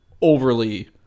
overly